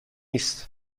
است